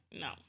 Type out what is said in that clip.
No